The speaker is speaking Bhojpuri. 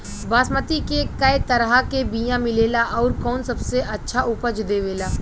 बासमती के कै तरह के बीया मिलेला आउर कौन सबसे अच्छा उपज देवेला?